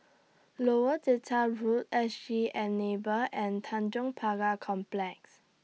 Lower Delta Road S G Enable and Tanjong Pagar Complex